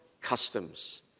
customs